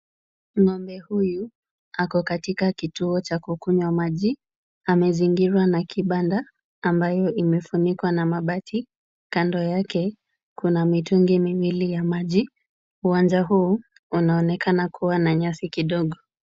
Ng'ombe huyu ako katika kituo cha kukunywa maji. Amezingirwa na kibanda ambayo imefunikwa na mabati. Kando yake kuna mitungi miwili ya maji. Uwanja huu unaonekana kuwa na nyasi kidogo.